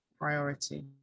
priority